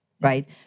right